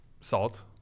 salt